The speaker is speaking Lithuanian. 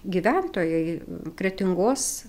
gyventojai kretingos